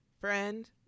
friend